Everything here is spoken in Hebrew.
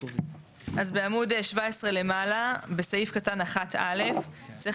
אז בעמוד 17 למעלה בסעיף קטן (1א) צריך